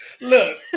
Look